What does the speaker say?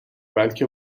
بلکه